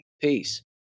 Peace